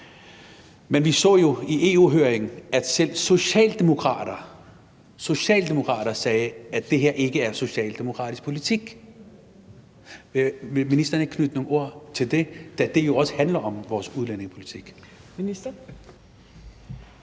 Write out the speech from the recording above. Men vi så jo i EU-høringen, at selv socialdemokrater – socialdemokrater – sagde, at det her ikke er socialdemokratisk politik. Vil ministeren ikke knytte nogle ord til det, da det jo også handler om vores udlændingepolitik?